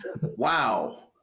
Wow